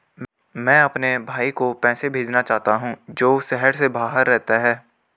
मैं अपने भाई को पैसे भेजना चाहता हूँ जो शहर से बाहर रहता है